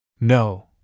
No